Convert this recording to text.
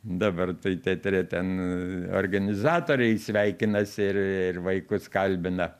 dabar tai teatre ten organizatoriai sveikinasi ir ir vaikus kalbina